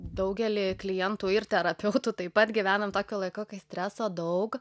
daugelį klientų ir terapeutų taip pat gyvenam tokiu laiku kai streso daug